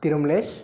Thirumalesh